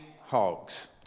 hogs